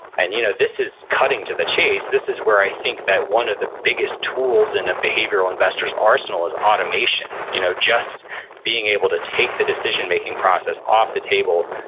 and you know this is cutting to the chase. this is where i think that one of the biggest tools in a behavioral investor's arsenal is automation, you know just being able to take the decision-making process off the table,